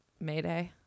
Mayday